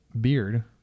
Beard